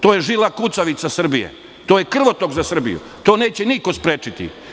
To je žila kucavica Srbije, to je krvotok za Srbiju i to neće niko sprečiti.